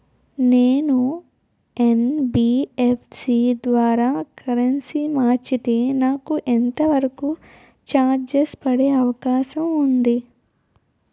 నేను యన్.బి.ఎఫ్.సి ద్వారా కరెన్సీ మార్చితే నాకు ఎంత వరకు చార్జెస్ పడే అవకాశం ఉంది?